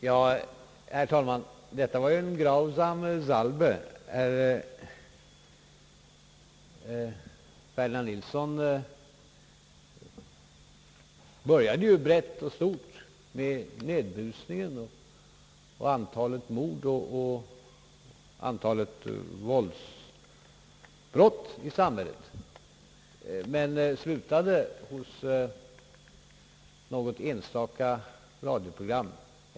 Herr talman! Detta var »eine grausame Salbe». Herr Ferdinand Nilsson började brett och stort med nedbusningen, antalet mord och antalet våldsbrott i samhället men slutade hos något enstaka radioprogram en lördagskväll.